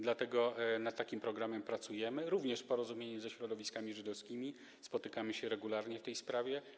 Dlatego nad takim programem pracujemy, również w porozumieniu ze środowiskami żydowskimi, spotykamy się regularnie w tej sprawie.